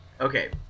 okay